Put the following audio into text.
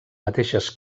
mateixes